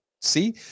See